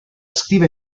scrive